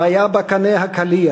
// כבר היה בקנה הקליע,